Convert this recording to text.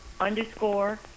underscore